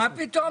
מה פתאום?